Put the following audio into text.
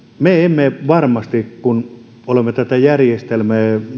me varmasti kun olemme tätä järjestelmää